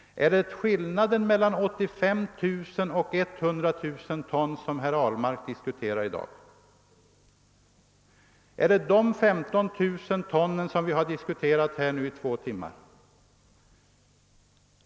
Är det skillnaden mellan 85 000 ton och 100 000 ton som herr Ahlmark vill diskutera i dag? är det denna skillnad på 15 000 ton som vi har diskuterat i två timmar?